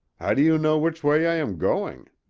how do you know which way i am going?